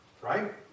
right